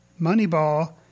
Moneyball